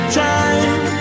time